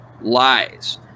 lies